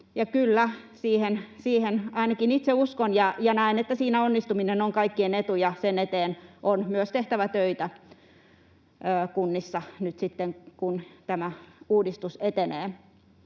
kyllä, siihen ainakin itse uskon. Näen, että siinä onnistuminen on kaikkien etu, ja sen eteen on myös tehtävä töitä kunnissa nyt, kun tämä uudistus etenee.